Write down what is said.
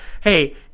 hey